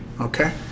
okay